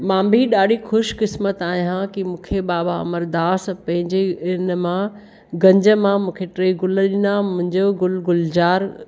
मां बि ॾाढी ख़ुशि किस्मति आहियां की मूंखे बाबा अमरदास पंहिंजे हिन मां गंज मां मूंखे टे गुल ॾिना मुंहिंजो गुल गुलज़ार